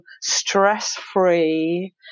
stress-free